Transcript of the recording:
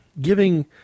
Giving